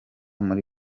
muri